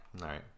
right